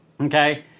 okay